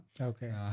okay